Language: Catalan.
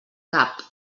cap